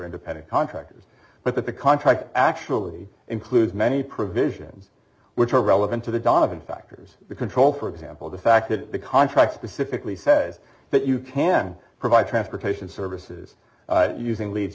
independent contractors but that the contract actually includes many provisions which are relevant to the donovan factors control for example the fact that the contract specifically says that you can provide transportation services using leads